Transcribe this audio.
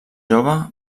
jove